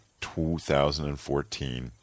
2014